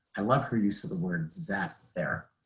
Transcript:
i love her use of the word zap there.